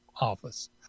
office